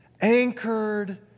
Anchored